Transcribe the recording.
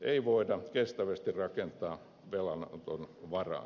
ei voida kestävästi rakentaa velanoton varaan